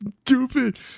stupid